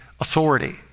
authority